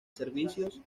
servicios